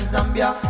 Zambia